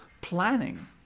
planning